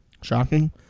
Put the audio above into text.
Shocking